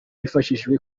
hifashishijwe